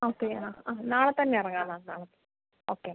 okay ആ ആ നാളെ തന്നെ ഇറങ്ങാം മാം നാളെ ഓക്കെ